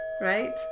right